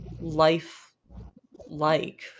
life-like